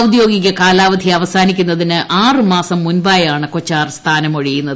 ഔദ്യോഗിക കാലാവധി അവസാനിക്കുന്നതിന് ആറ് മാസം മുമ്പായാണ് കൊച്ചാർ സ്ഥാനം ഒഴിയുന്നത്